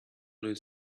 blew